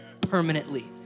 permanently